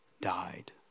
died